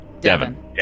Devin